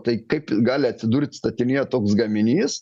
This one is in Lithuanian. tai kaip gali atsidurt statinyje toks gaminys